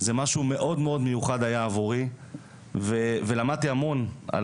זה משהו מאוד מאוד מיוחד היה עבורי ולמדתי המון על